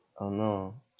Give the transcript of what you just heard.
oh no